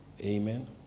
Amen